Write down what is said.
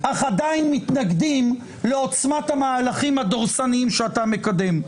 אך עדיין מתנגדים לעוצמת המהלכים הדורסניים שאתה מקדם.